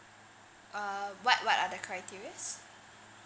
err what what are the criterias